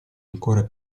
ancora